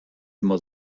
immer